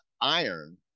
iron